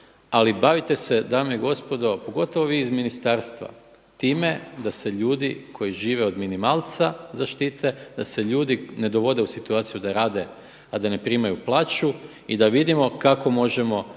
Ali bavite se dame i gospodo pogotovo vi iz ministarstva time da se ljudi koji žive od minimalca zaštite, da se ljudi ne dovode u situaciju da rade, a da ne primaju plaću i da vidimo kako možemo